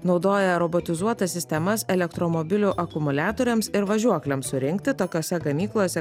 naudoja robotizuotas sistemas elektromobilių akumuliatoriams ir važiuoklėms surinkti tokiose gamyklose